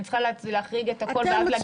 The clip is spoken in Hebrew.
אני צריכה להחריג את הכול ואז להגיד שאני --- אתם